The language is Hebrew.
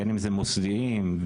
בין אם זה מוסדיים בארץ,